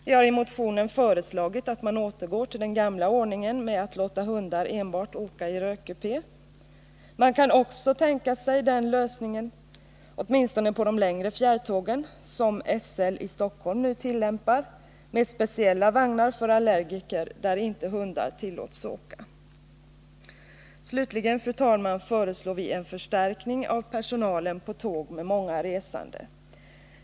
Vi har i motionen föreslagit att man skall återgå till den gamla ordningen att låta hundar åka enbart i rökkupé. Man kan också — åtminstone för fjärrtågen på de längre sträckorna — tänka sig den lösning som SL i Stockholm nu tillämpar med speciella vagnar för allergiker, där inte hundar tillåts åka. Slutligen, fru talman, föreslår vi en förstärkning av personalen på tåg med många resande.